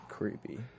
Creepy